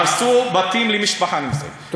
אני מסיים.